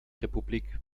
republik